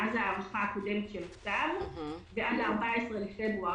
מאז ההארכה הקודמת של הצו ועד 14 בפברואר,